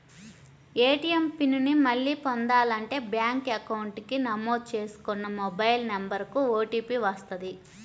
ATM PIN ని మళ్ళీ పొందాలంటే బ్యేంకు అకౌంట్ కి నమోదు చేసుకున్న మొబైల్ నెంబర్ కు ఓటీపీ వస్తది